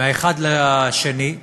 מהאחת לשנייה,